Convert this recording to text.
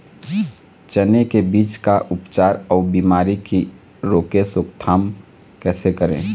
चने की बीज का उपचार अउ बीमारी की रोके रोकथाम कैसे करें?